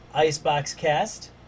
IceboxCast